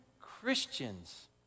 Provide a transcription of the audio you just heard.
Christians